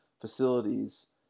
facilities